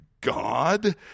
God